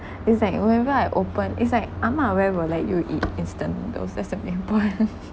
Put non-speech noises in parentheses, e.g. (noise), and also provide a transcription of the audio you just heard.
is like whenever I open is like ah mah where will let you eat instant those that's the main point (laughs)